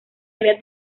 había